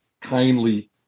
kindly